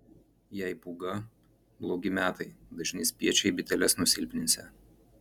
jei pūga blogi metai dažni spiečiai biteles nusilpninsią